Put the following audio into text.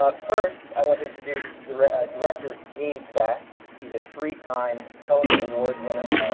ah first, i want to introduce director director gen saks. he's a three-time tony award winner